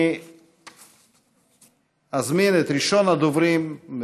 אני אזמין את ראשון הדוברים,